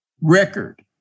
record